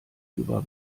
über